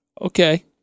Okay